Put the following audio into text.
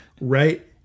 right